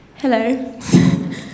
Hello